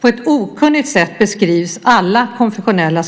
På ett okunnigt sätt beskrivs alla konfessionella